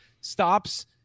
stops